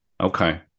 Okay